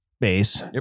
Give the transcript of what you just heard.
base